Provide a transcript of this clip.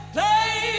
Play